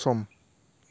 सम